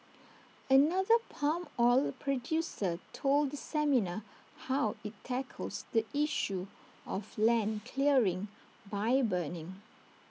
another palm oil producer told the seminar how IT tackles the issue of land clearing by burning